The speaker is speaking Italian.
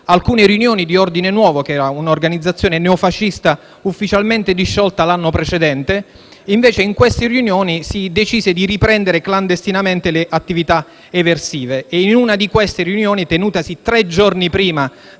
alcune riunioni di Ordine Nuovo (organizzazione neofascista ufficialmente disciolta l'anno precedente) durante le quali si era deciso di riprendere clandestinamente le attività eversive. In una di queste riunioni, tenutasi tre giorni prima